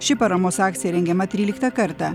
ši paramos akcija rengiama tryliktą kartą